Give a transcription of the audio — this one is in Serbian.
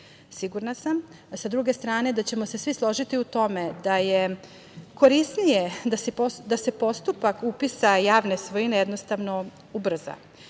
sam, sa druge strane, da ćemo se svi složiti u tome da je korisnije da se postupak upisa javne svojine jednostavno ubrza